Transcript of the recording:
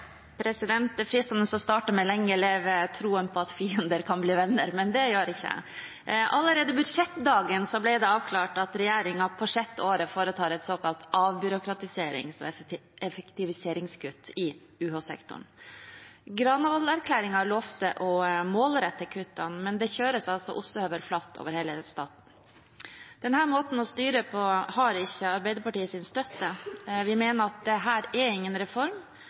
fristende å starte med «Lenge leve troen på at fiender kan bli venner», men det gjør jeg ikke. Allerede budsjettdagen ble det avklart at regjeringen på sjette året foretar et såkalt avbyråkratiserings- og effektiviseringskutt i UH-sektoren. Granavolden-erklæringen lovte å målrette kuttene, men det kjøres altså ostehøvelflatt over det hele. Denne måten å styre på har ikke Arbeiderpartiets støtte. Vi mener at dette er ingen reform,